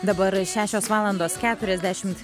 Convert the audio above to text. dabar šešios valandos keturiasdešimt